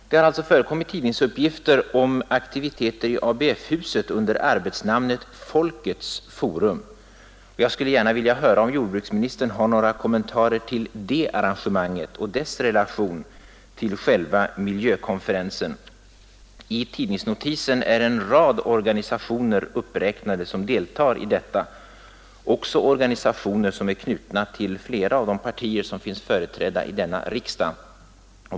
Det har förekommit tidningsuppgifter om aktiviteter i ABF-huset under arbetsnamnet Folkets forum. Jag skulle gärna vilja höra om jordbruksministern har några kommentarer till det arrangemanget och dess relation till själva miljökonferensen. I tidningsnotisen är en rad organisationer uppräknade som deltagare, bland dem organisationer som är knutna till flera av de partier som finns företrädda i riksdagen.